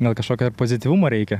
gal kažkokio pozityvumo reikia